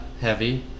heavy